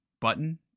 button